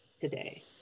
today